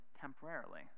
temporarily